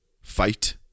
fight